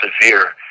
severe